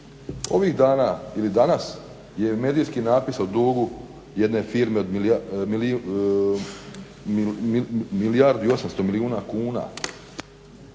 Ovih dana ili danas je medijski natpis o dugu jedne firme od milijardu i 800 milijuna kuna,